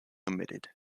omitted